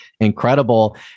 incredible